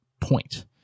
point